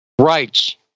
rights